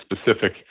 specific